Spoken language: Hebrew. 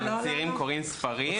אבל צעירים קוראים ספרים.